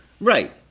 Right